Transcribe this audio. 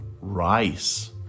rice